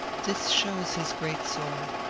this shows his great soul.